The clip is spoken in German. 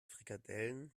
frikadellen